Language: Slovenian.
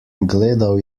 gledal